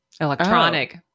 electronic